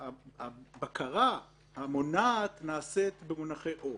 הבקרה המונעת נעשית במונחי עופות,